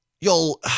Y'all